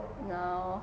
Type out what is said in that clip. now